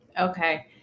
Okay